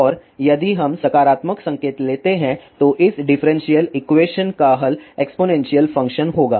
और यदि हम सकारात्मक संकेत लेते हैं तो इस डिफरेंशियल इक्वेशन का हल एक्स्पोनेंशियल फंक्शन होगा